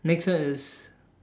next one is